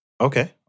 Okay